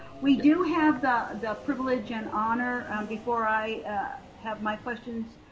we do have the the privilege and honor, before i have my questions,